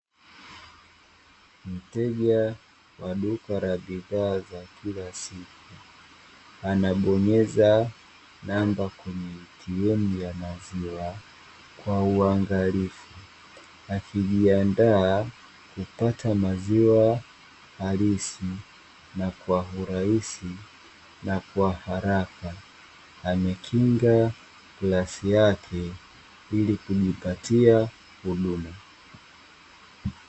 Mteja wa duka la bidhaa za kila siku anabonyeza namba kwenye "ATM" ya maziwa kwa uangalifu akijiandaa kupata maziwa halisi na kwa urahisi na kwa haraka amekinga kikombe chake ilikujipatia huduma.